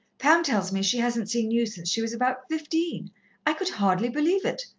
pam tells me she hasn't seen you since she was about fifteen i could hardly believe it.